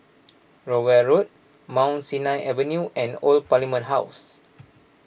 Rowell Road Mount Sinai Avenue and Old Parliament House